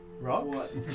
Rocks